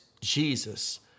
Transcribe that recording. Jesus